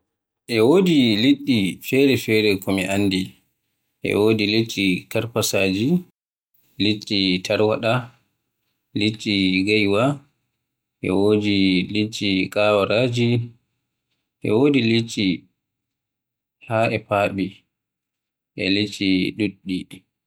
E wodi liɗɗi fere-fere ko mi anndi, e wodi liɗɗi karfasaaji, e wodi liɗɗi tarwadaji, e liɗɗi gaiwa, e liɗɗi kawaraaji e wodi liɗɗi ɗuɗɗi haa e faaɓo e liɗɗi ɗuɗɗi.